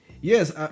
Yes